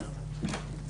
הישיבה ננעלה בשעה 13:00.